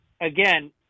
again